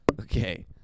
Okay